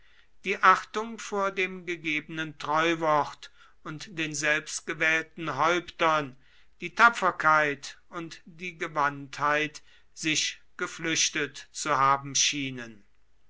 die achtung vor dem gegebenen treuwort und den selbstgewählten häuptern die tapferkeit und die gewandtheit sich geflüchtet zu haben schienen